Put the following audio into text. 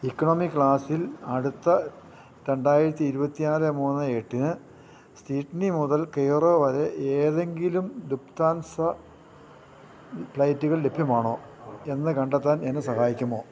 economy ക്ലാസിൽ അടുത്ത രണ്ടായിരത്തി ഇരുപത്തിനാല് മൂന്ന് എട്ടിന് സിഡ്നി മുതൽ കെയ്റോ വരെ ഏതെങ്കിലും ലുഫ്താൻസ ഫ്ലൈറ്റുകൾ ലഭ്യമാണോ എന്ന് കണ്ടെത്താൻ എന്നെ സഹായിക്കുമോ